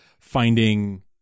finding